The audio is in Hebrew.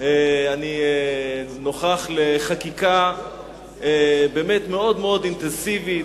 אני נוכח בחקיקה מאוד-מאוד אינטנסיבית,